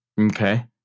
Okay